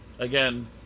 again